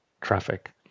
traffic